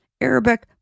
Arabic